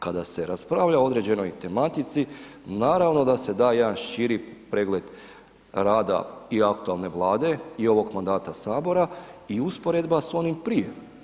Kada raspravlja o određenoj tematici naravno da se da jedan širi pregled rada i aktualne Vlade i ovog mandata sabora i usporedba s onim prije.